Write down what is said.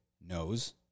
knows